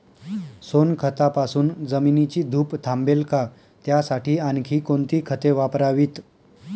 सोनखतापासून जमिनीची धूप थांबेल का? त्यासाठी आणखी कोणती खते वापरावीत?